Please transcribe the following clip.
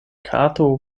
kato